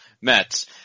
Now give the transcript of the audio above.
Mets